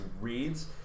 reads